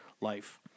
life